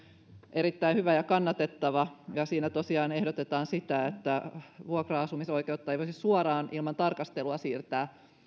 erittäin hyvä ja kannatettava ja siinä tosiaan ehdotetaan sitä että vuokra asumisoikeutta ei voisi suoraan ilman tarkastelua siirtää